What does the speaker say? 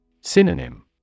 Synonym